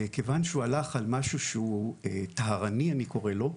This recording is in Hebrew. וכיוון שהוא הלך על משהו שהוא טהרני, אני קורא לו,